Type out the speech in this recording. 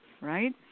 right